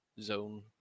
zone